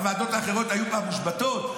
הוועדות האחרות היו פעם מושבתות?